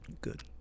Good